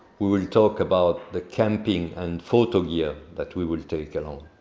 we will talk about the camping and photo gear that we will take along.